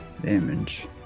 damage